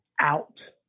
out